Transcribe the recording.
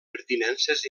pertinences